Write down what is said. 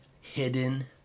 hidden